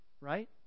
right